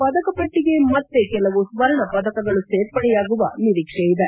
ಪದಕ ಪಟ್ಟಿಗೆ ಮತ್ತೆ ಕೆಲವು ಸ್ವರ್ಣ ಪದಕಗಳು ಸೇರ್ಪಡೆಯಾಗುವ ನಿರೀಕ್ಷೆಯಿದೆ